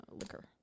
liquor